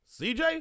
CJ